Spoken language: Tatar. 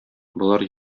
болар